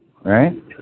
right